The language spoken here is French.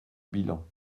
bilan